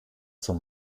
zur